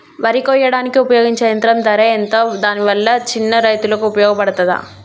వరి కొయ్యడానికి ఉపయోగించే యంత్రం ధర ఎంత దాని వల్ల చిన్న రైతులకు ఉపయోగపడుతదా?